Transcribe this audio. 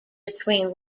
between